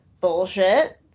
bullshit